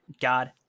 God